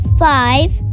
Five